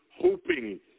hoping